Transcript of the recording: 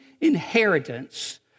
inheritance